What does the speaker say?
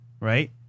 right